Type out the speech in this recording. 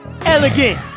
Elegant